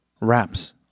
wraps